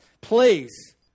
please